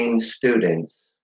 students